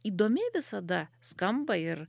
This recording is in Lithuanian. įdomiai visada skamba ir